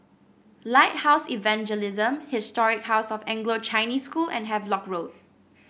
Lighthouse Evangelism Historic House of Anglo Chinese School and Havelock Road